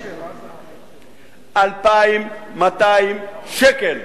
2,200 שקל.